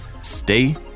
stay